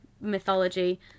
mythology